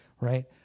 right